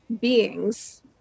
beings